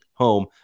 home